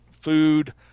food